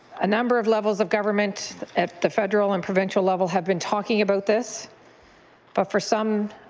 a number of level of government at the federal and provincial level have been talking about this but for some